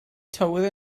tywydd